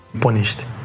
punished